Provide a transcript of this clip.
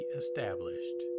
established